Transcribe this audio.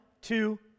two